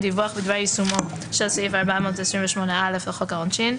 דיווח בדבר יישומו של סעיף 428א לחוק העונשין,